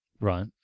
Right